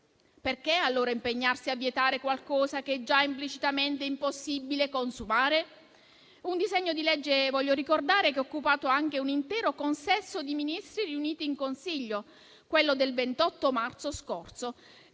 Perché allora impegnarsi a vietare qualcosa che già implicitamente è impossibile consumare? Un disegno di legge voglio ricordare che ha occupato anche un intero consesso di Ministri riuniti in consiglio, quello del 28 marzo scorso,